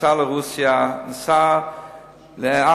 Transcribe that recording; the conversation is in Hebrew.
נסע לרוסיה,